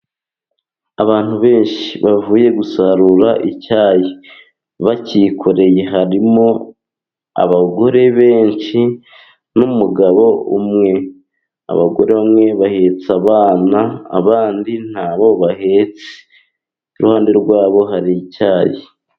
Abantu benshi bavuye gusarura icyayi bacyikoreye harimo abagore benshi, n'umugabo umwe. Abagore bamwe bahetsa abana, abandi ntabo bahetse. Iruhande rwabo hari icyayi.